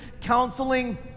counseling